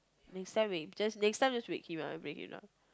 next time we just next time just wake him up and bring him down